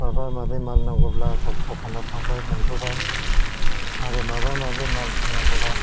मा माबि माल नांगौब्ला दखानाव थांबाय मोनबोबाय आरो माबा माबि माल फान्नांगौब्ला